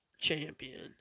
champion